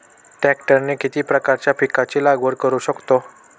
ट्रॅक्टरने किती प्रकारच्या पिकाची लागवड करु शकतो?